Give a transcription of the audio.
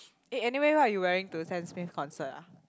eh anyway what you wearing to Sam-Smith's concert ah